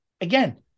Again